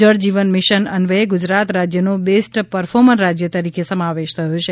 જળ જીવન મિશન અન્વયે ગુજરાત રાજ્યનો બેસ્ટ પરફોર્મર રાજ્ય તરીકે સમાવેશ થયો છે